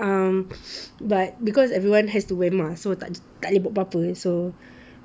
um but because everyone has to wear mask so tak tak boleh buat apa-apa so